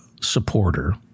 supporter